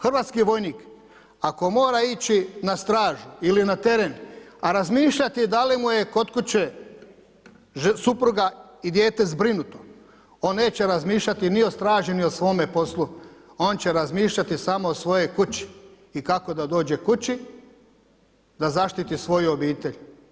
Hrvatski vojnik, ako mora ići na stražu ili na teren, a razmišljati da li mu je kod kuće supruga i dijete zbrinuto, on neće razmišljati ni o straži, ni o svome poslu, on će razmišljati samo o svojoj kući i kako da dođe kući da zaštiti svoju obitelj.